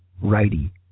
righty